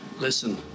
listen